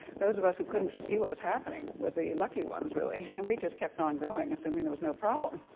those of us who couldn't see what was happening were the lucky ones really, and we just kept on going assuming there was no problem.